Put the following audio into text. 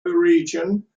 region